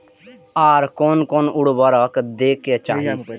आर कोन कोन उर्वरक दै के चाही?